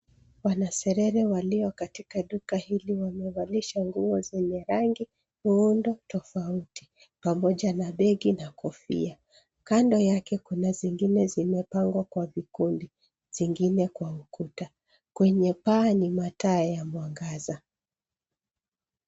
Wanaserere walio katika duka hili wamevalishwa nguo zenye rangi na muundo tofauti pamoja na begi na kofia. Kando yake kuna zingine zimepangwa kwa vikundi, zingine kwa ukuta. Kwenye paa ni mataa ya mwangaza.